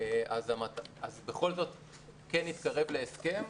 כן נתקרב להסכם,